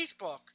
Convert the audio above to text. Facebook